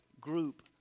group